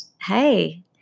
hey